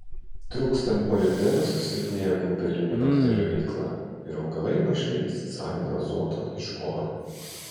trūkstant molibdeno susilpnėja gumbelinių bakterijų veikla ir augalai mažai įsisavina azoto iš oro